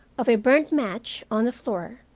of a burnt match on the floor,